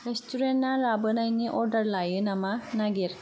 रेस्टुरेन्टा लाबोनायनि अर्डार लायो नामा नागिर